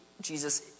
Jesus